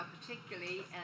particularly